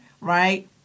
Right